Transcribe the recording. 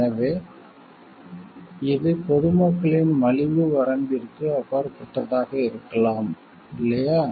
எனவே இது பொதுமக்களின் மலிவு வரம்பிற்கு அப்பாற்பட்டதாக இருக்கலாம் இல்லையா